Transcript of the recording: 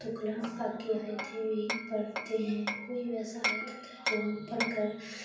تو کلام پاک کی آیتیں بھی پڑھتے ہیں کوئی ویسا آیت ہوتا ہے جو ہم پڑھ کر